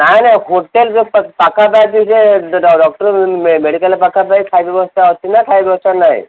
ନାହିଁ ନାହିଁ ହୋଟେଲ ପାଖାପାଖି ଯେ ଡକ୍ଟର ମେଡ଼ିକାଲ ପାଖାପାଖି ଖାଇବା ବ୍ୟବସ୍ଥା ଅଛି ନା ଖାଇବା ବ୍ୟବସ୍ଥା ନାହିଁ